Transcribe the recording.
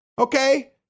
Okay